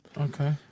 Okay